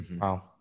Wow